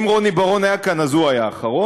אם רוני בר-און היה כאן אז הוא היה האחרון,